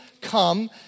come